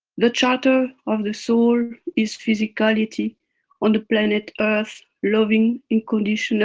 the charter of the soul is physicality on the planet earth loving unconditionally